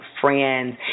friends